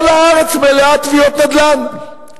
כל הארץ מלאה תביעות נדל"ן.